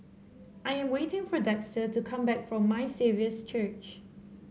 I am waiting for Dexter to come back from My Saviour's Church